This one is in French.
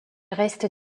reste